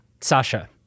Sasha